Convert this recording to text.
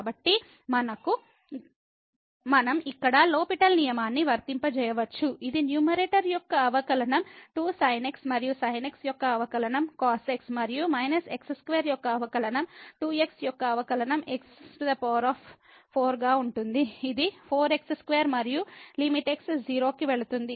కాబట్టి మనం ఇక్కడ లో పిటెల్ L'Hospital నియమాన్ని వర్తింపజేయవచ్చు ఇది న్యూమరేటర్ యొక్క అవకలనం 2 sin x మరియు sin x యొక్క అవకలనం cos x మరియు మైనస్ x2 యొక్క అవకలనం 2x యొక్క అవకలనం x4 గా ఉంటుంది ఇది 4 x3 మరియు లిమిట్ x 0 కి వెళుతుంది